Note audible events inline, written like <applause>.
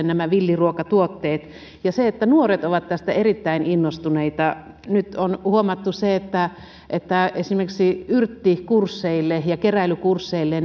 <unintelligible> nämä villiruokatuotteet ovat aivan loistava oheistuote nuoret ovat tästä erittäin innostuneita nyt on huomattu se että että esimerkiksi yrttikursseille ja keräilykursseille <unintelligible>